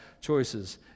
choices